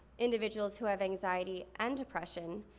individuals who have anxiety and depression,